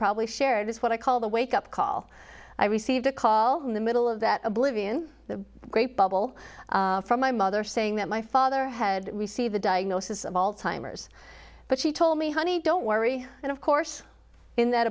probably shared is what i call the wake up call i received a call in the middle of that oblivion the great bubble from my mother saying that my father had received a diagnosis of alzheimer's but she told me honey don't worry and of course in that